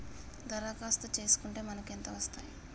దరఖాస్తు చేస్కుంటే మనకి ఎంత వస్తాయి?